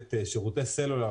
חייבת שירותי סלולר,